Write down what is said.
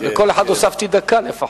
לכל אחד הוספתי דקה לפחות.